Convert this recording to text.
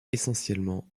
essentiellement